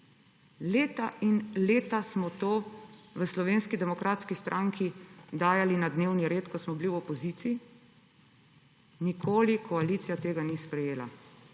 Leta in leta smo to v Slovenski demokratski stranki dajali na dnevni red, ko smo bili v opoziciji, nikoli koalicija tega ni sprejela.